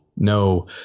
No